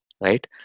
right